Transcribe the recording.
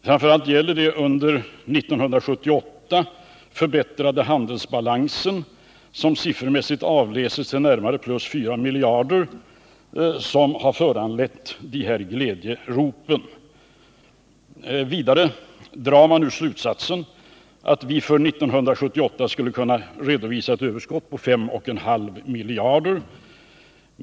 Framför allt är det den under 1978 förbättrade handelsbalansen, vilken siffermässigt avläses till närmare plus 4 miljarder, som har föranlett de här glädjeropen. Vidare drar man nu slutsatsen att vi för 1978 skulle kunna redovisa ett överskott på 5,5 miljarder.